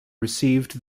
received